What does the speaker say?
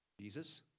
jesus